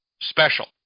special